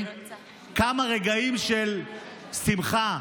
כמה רגעים של שמחה,